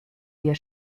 wir